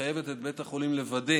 מחייבת את בית החולים לוודא